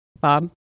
Bob